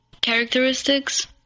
characteristics